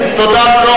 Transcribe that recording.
עידוד תעסוקה